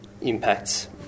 impacts